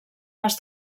les